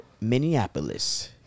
Minneapolis